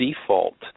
default